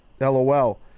LOL